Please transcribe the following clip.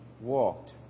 walked